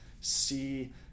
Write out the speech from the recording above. see